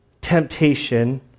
temptation